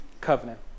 covenant